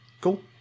cool